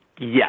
Yes